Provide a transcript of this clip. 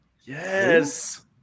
yes